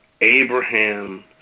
Abraham